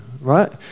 Right